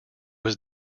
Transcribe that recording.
was